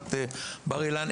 מאוניברסיטת בר אילן.